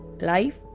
life